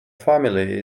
family